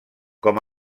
com